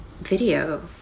video